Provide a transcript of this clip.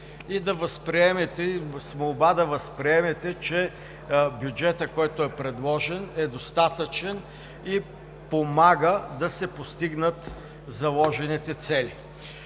към умереност и с молба да възприемете, че бюджетът, който е предложен, е достатъчен и помага да се постигнат заложените цели.